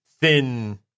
thin